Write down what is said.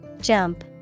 Jump